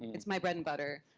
it's my bread and butter.